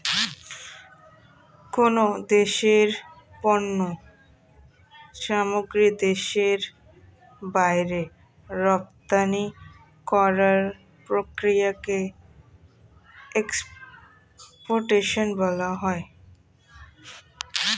কোন দেশের পণ্য সামগ্রী দেশের বাইরে রপ্তানি করার প্রক্রিয়াকে এক্সপোর্টেশন বলা হয়